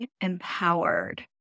empowered